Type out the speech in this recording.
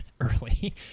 early